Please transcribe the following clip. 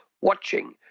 watching